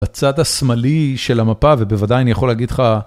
הצד השמאלי של המפה ובוודאי אני יכול להגיד לך.